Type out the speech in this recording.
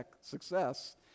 success